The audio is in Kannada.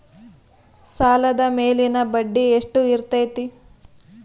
ಸಾಲದ ಮೇಲಿನ ಬಡ್ಡಿ ಎಷ್ಟು ಇರ್ತೈತೆ?